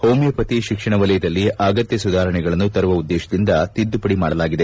homeopathy ಶಿಕ್ಷಣ ವಲಯದಲ್ಲಿ ಅಗತ್ಯ ಸುಧಾರಣೆಗಳನ್ನು ತರುವ ಉದ್ದೇಶದಿಂದ ತಿದ್ದುಪಡಿ ಮಾಡಲಾಗಿದೆ